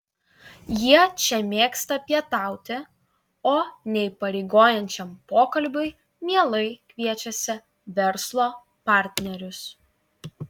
jie čia mėgsta pietauti o neįpareigojančiam pokalbiui mielai kviečiasi verslo partnerius